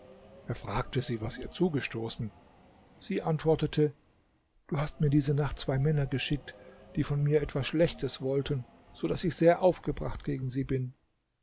er fragte sie was ihr zugestoßen sie antwortete du hast mir diese nacht zwei männer geschickt die von mir etwas schlechtes wollten so daß ich sehr aufgebracht gegen sie bin